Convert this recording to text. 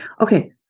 Okay